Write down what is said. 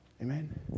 Amen